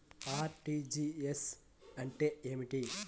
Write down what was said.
RTGS అంటే ఏమిటి?